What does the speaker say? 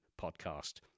Podcast